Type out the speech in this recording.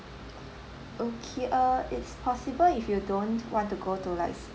okay uh it's possible if you don't want to go to like